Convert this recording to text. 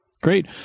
Great